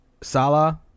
Sala